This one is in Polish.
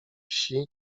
wsi